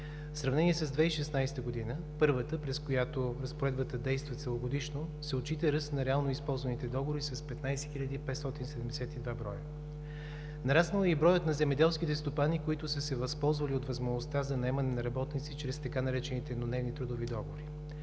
В сравнение с 2016 г. първата, през която разпоредбата действа целогодишно, се отчита ръст на реално използваните договори с 15 хил. 572 броя. Нараснал е и броят на земеделските стопани, които са се възползвали от възможността за наемане на работници чрез така наречените еднодневни трудови договори.